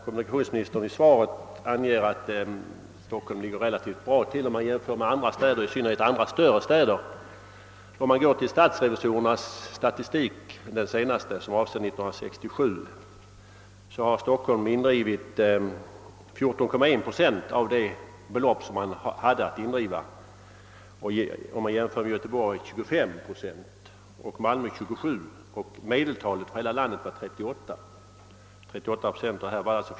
Kommunikationsministern anger i svaret att Stockholm ligger relativt bra till i jämförelse med andra städer, i synnerhet större städer. Men enligt statsrevisorernas senaste statistik, som avser 1967, har Stockholm indrivit 14,5 procent av det belopp som man hade att indriva. För Göteborg är motsva rande siffra 25 procent och för Malmö 27 procent. Medeltalet för hela landet är 38 procent.